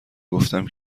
گفتم